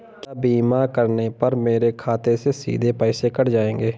क्या बीमा करने पर मेरे खाते से सीधे पैसे कट जाएंगे?